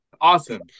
Awesome